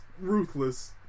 ruthless